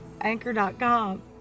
anchor.com